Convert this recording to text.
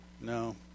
no